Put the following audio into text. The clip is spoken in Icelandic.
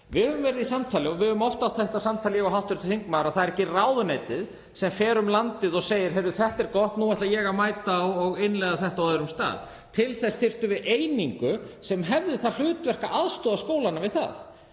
aðgerðir. Við höfum oft átt þetta samtal, ég og hv. þingmaður, og það er ekki ráðuneytið sem fer um landið og segir: Heyrðu, þetta er gott. Nú ætla ég að mæta og innleiða þetta á öðrum stað. Til þess þyrftum við einingu sem hefði það hlutverk að aðstoða skólana við það.